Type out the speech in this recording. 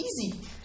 easy